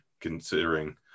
considering